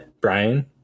Brian